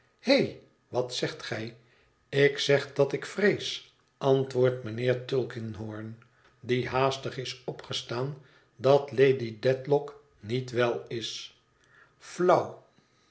he wat zegt gij ik zeg dat ik vrees antwoordt mijnheer tulkinghorn die haastig is opgestaan dat lady dedlock niet wel is flauw